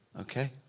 Okay